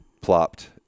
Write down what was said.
plopped